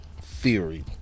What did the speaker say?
theory